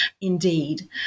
indeed